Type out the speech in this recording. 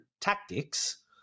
tactics